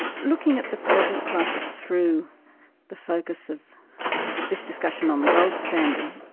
looking at the present crisis through the focus of this discussion on the gold standard,